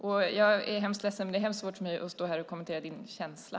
Och jag är hemskt ledsen, men det är svårt för mig att stå här och kommentera din känsla.